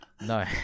No